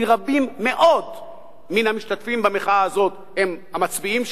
כי רבים מאוד מן המשתתפים במחאה הזאת הם המצביעים שלנו,